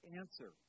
answer